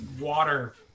Water